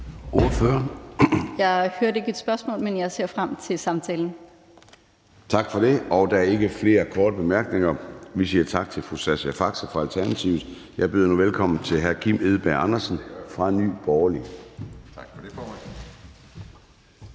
Jeg hørte ikke et spørgsmål, men jeg ser frem til samtalen. Kl. 01:00 Formanden (Søren Gade): Tak for det. Der er ikke flere korte bemærkninger, og så siger vi tak til fru Sascha Faxe fra Alternativet. Jeg byder nu velkommen til hr. Kim Edberg Andersen fra Nye Borgerlige.